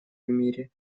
мире